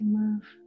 move